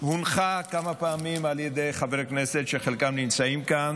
הונחה כמה פעמים על ידי חברי כנסת שחלקם נמצאים כאן,